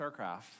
StarCraft